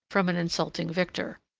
from an insulting victor.